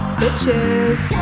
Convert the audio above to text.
bitches